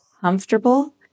comfortable